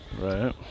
right